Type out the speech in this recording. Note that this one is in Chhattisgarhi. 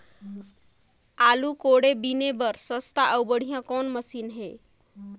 आलू कोड़े बीने बर सस्ता अउ बढ़िया कौन मशीन हे?